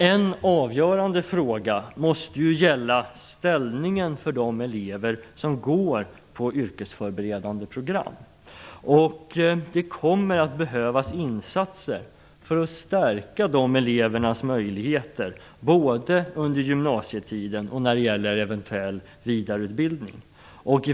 En avgörande fråga måste gälla ställningen för de elever som går på yrkesförberedande program. Det kommer att behövas insatser för att stärka dessa elevers möjligheter både under gymnasietiden och när det gäller eventuell vidareutbildning.